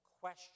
question